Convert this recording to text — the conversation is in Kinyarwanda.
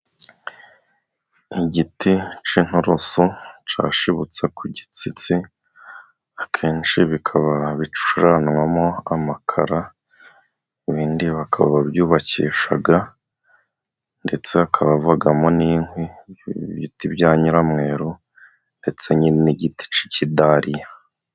Igiti cy'inturusu cyashibutsa ku gitsitsi akenshi bikaba bicanwamo amakara ibindi bakaba babyubakisha ndetse hakaba havamo n'inkwi ibiti bya nyiramweru ndetse n'igiti cy'ikidariya.